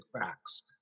facts